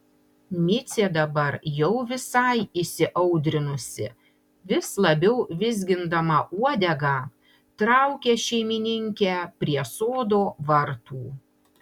micė dabar jau visai įsiaudrinusi vis labiau vizgindama uodegą traukia šeimininkę prie sodo vartų